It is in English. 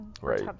Right